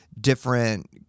different